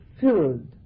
filled